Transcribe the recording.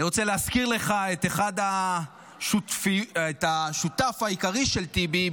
אני רוצה להזכיר לך את השותף העיקרי של טיבי,